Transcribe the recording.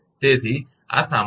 તેથી આ સામાન્ય ઘટના છે